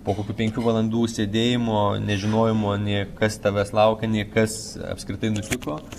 po kokių penkių valandų sėdėjimo nežinojimo nė kas tavęs laukia nei kas apskritai nutiko